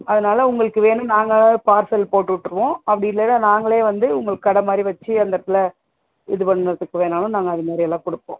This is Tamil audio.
அதனால உங்களுக்கு வேணும் நாங்கள் பார்சல் போட்டு விட்ருவோம் அப்படி இல்லைனா நாங்களே வந்து உங்களுக்கு கடை மாதிரி வச்சி அந்த இடத்துல இது பண்ணத்துக்கு வேணாலும் நாங்கள் அது மாதிரி எல்லாம் கொடுப்போம்